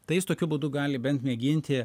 tai jis tokiu būdu gali bent mėginti